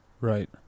Right